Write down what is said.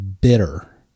bitter